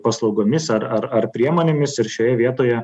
paslaugomis ar ar ar priemonėmis ir šioje vietoje